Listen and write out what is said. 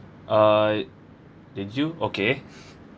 uh did you okay